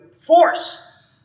force